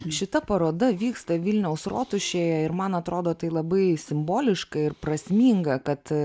šita paroda vyksta vilniaus rotušėje ir man atrodo tai labai simboliška ir prasminga kad